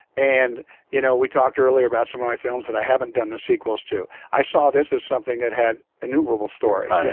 and you know we talked earlier about some of my films that i haven't done the sequel to. i saw this as something that had innumerable stories.